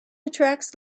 attracts